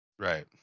Right